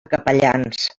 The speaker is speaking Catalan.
capellans